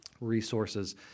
resources